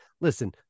listen